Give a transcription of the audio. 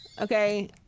Okay